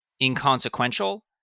inconsequential